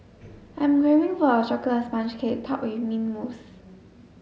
I'm craving for a chocolate sponge cake topped with mint mousse